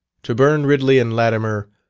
to burn ridley and latimer,